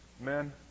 Men